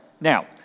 Now